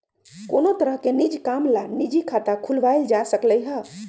कोनो तरह के निज काम ला निजी खाता खुलवाएल जा सकलई ह